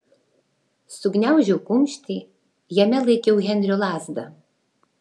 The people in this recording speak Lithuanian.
sugniaužiau kumštį jame laikiau henrio lazdą